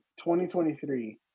2023